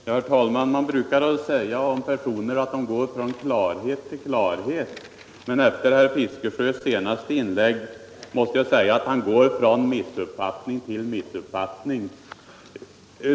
Herr talman! Man säger ibland att någon går från klarhet till klarhet. Efter herr Fiskesjös senaste inlägg måste jag om honom säga att han går från missuppfattning till missuppfattning.